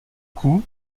coup